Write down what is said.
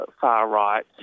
far-right